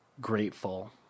grateful